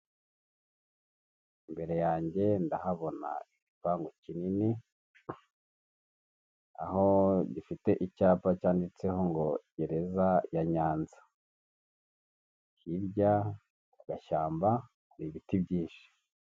Imbere yanjye ndahabona igipangu kinini, aho gifite icyapa cyanditseho ngo gereza ya Nyanza. Hirya mu gashyamba hari ibiti byinshi.